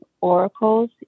oracles